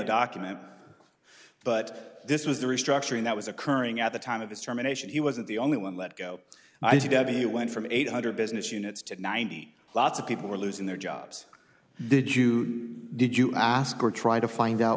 document but this was the restructuring that was occurring at the time of the germination he wasn't the only one let go i think of you went from eight hundred business units to ninety lots of people were losing their jobs did you did you ask or try to find out